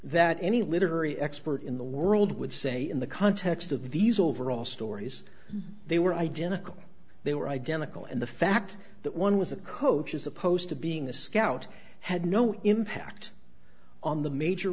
that any literary expert in the world would say in the context of these overall stories they were identical they were identical and the fact that one was a coach as opposed to being a scout had no impact on the major